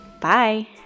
Bye